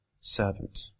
servant